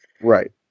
Right